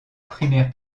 primaire